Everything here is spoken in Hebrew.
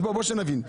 שנבין,